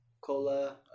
cola